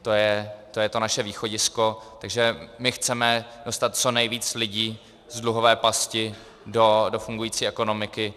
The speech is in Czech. To je to naše východisko, že my chceme dostat co nejvíc lidí z dluhové pasti do fungující ekonomiky.